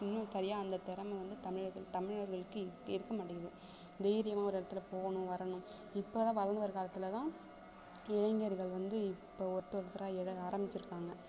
இன்னும் சரியாக அந்த திறமை வந்து தமிழர்கள் தமிழர்களுக்கு இருக்கமாட்டிங்குது தைரியமாக ஒரு இடத்துல போகணும் வரணும் இப்போதான் வளர்ந்து வர்ற காலத்தில்தான் இளைஞர்கள் வந்து இப்போ ஒருத்தர் ஒருத்தராக எழ ஆரம்பிச்சுருக்காங்க